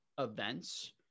events